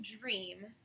dream